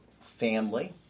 family